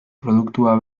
produktua